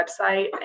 website